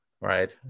right